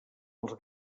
els